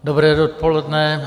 Dobré dopoledne.